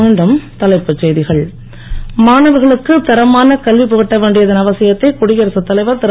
மீண்டும் தலைப்புச் செய்திகள் மாணவர்களுக்கு தரமான கல்வி புகட்ட வேண்டியதன் அவசியத்தை குடியரசுத் தலைவர் திரு